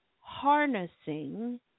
harnessing